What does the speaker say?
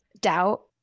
doubt